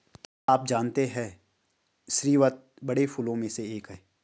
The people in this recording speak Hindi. क्या आप जानते है स्रीवत बड़े फूलों में से एक है